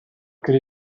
could